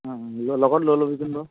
লগত লৈ ল'বিচোন বাৰু